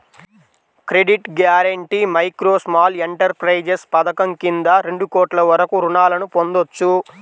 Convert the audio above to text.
credit guarantee micro, small enterprises పథకం కింద రెండు కోట్ల వరకు రుణాలను పొందొచ్చు